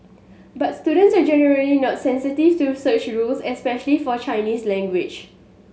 but students are generally not sensitive to such rules especially for Chinese language